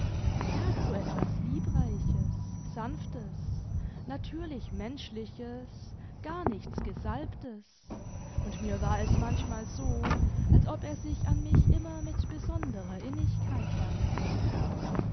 er hat so etwas liebreiches sanftes natürlichmenschliches gar nichts gesalbtes und mir war es manchmal so als ob er sich an mich immer mit besonderer innigkeit wandte